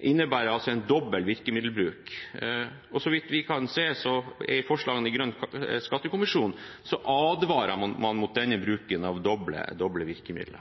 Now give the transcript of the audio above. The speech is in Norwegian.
innebærer altså dobbel virkemiddelbruk, og så vidt vi kan se, advarer man i forslagene fra grønn skattekommisjon mot denne bruken av doble virkemidler.